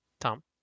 Tom